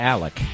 Alec